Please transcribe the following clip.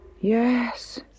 Yes